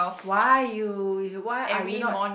why you you why are you not